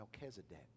Melchizedek